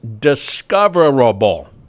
discoverable